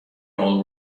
all